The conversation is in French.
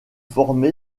formé